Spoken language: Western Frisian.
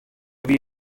wie